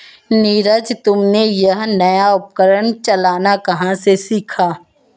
नीरज तुमने यह नया उपकरण चलाना कहां से सीखा?